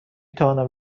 توانم